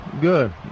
good